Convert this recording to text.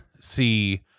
see